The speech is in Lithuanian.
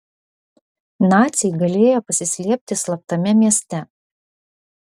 naciai galėję pasislėpti slaptame mieste